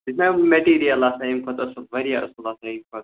سُہ چھُ نہ مٮ۪ٹیٖریَل آسان ییٚمہِ کھۄتہٕ اصٕل واریاہ اصٕل آسان ییٚمہِ کھۄتہٕ